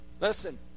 listen